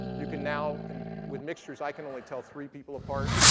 you can now and with mixtures, i can only tell three people apart.